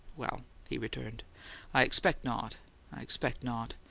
well, he returned i expect not i expect not.